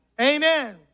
Amen